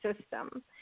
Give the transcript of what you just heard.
system